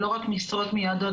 לא רק משרות מיועדות,